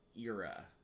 era